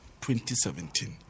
2017